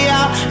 out